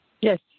Yes